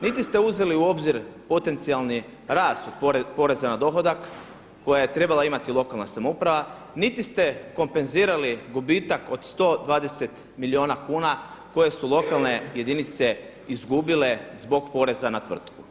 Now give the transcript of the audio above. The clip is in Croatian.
Niti ste uzeli u obzir potencijalni rast od poreza na dohodak koji je trebala imati lokalna samouprava niti ste kompenzirali gubitak od 120 milijuna koje su lokalne jedinice izgubile zbog poreza na tvrtku.